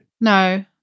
No